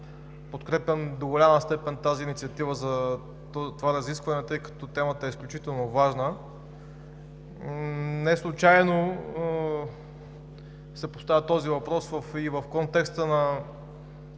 подкрепям до голяма степен инициативата за разискването, тъй като темата е изключително важна. Неслучайно се постави този въпрос и в контекста на